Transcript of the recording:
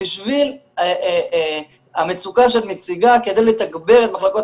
בשביל המצוקה שאת מציגה כדי לתגבר את מחלקות